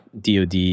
DoD